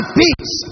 peace